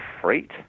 freight